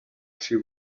she